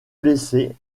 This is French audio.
blessé